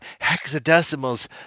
Hexadecimal's